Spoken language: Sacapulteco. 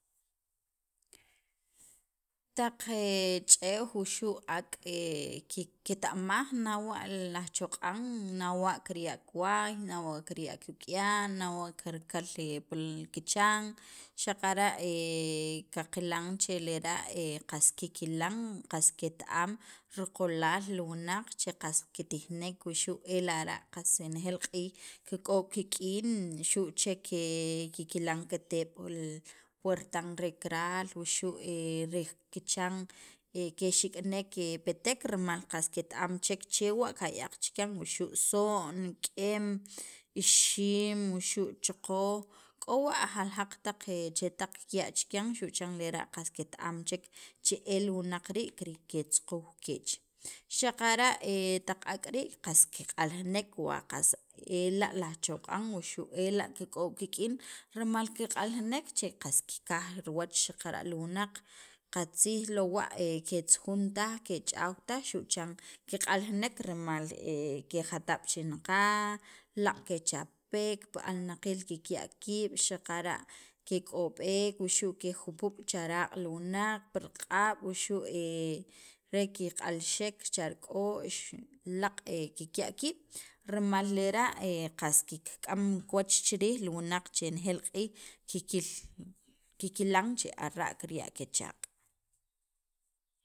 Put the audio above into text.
Taq e ch'eew wuxu' ak' kiketa'maj nawa' li ajchoq'an nawa' kirya' kiway, nawa' kirya' kik'uya', nawa' karkal pil kichan xaqara' qaqilan che lera' qas kikilan, qas ket- am riqolaal li wunaq che qas kitijnek wuxu' ela lara' qas nejeel q'iij kik'ob' kik'in, xu' chek kikilan kiteb' puertan re karkal wuxu' rel kichan kexik'nek ke petek rimal qas ket- am chek chewa' kaya'q chikyan wuxu' so'n, k'em, ixiim wuxu' choqoj, k'o wa' jaljaq taq chetaq kiya' chikyan xu' chan lera' ket- am chek che e li wunaq rii' kitzuquw keech, xaqara' taq ak' rii', qas kiq'aljinek wa qas ela' li ajchoq'an wuxu' ela' kik'ob' kik'in rimal kiq'aljinek che qas kikaj riwach li wunaq qatzij lowa' ketzujun taj, kech'aw taj xu' chan kiq'aljinek rimal kejatab' chinaqaj, laaq' kechapek pi alnaqiil kikya' kiib' xaqara' kek'ob'ek wuxu' kejupub' cha raq' li wunaq pi raq'ab' wuxu' re keq'alxek cha rik'o'x laaq' kikya' kiib' rimal lera' qas kik'am riwach chi riij li wunaq che nejeel q'iil kikil kikilan che ara' kikya' kechaaq'.